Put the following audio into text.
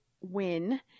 win